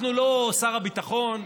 אנחנו לא שר הביטחון,